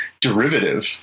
derivative